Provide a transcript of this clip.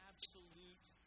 Absolute